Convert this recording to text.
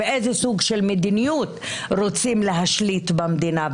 ואיזה סוג של מדיניות רוצים להשליט במדינה,